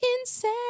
insane